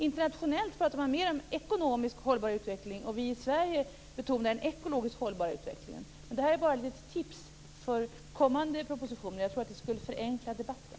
Internationellt pratar man mer om ekonomiskt hållbar utveckling, medan vi i Sverige betonar en ekologiskt hållbar utveckling. Detta är ett tips inför kommande propositioner. Jag tror att det skulle förenkla debatten.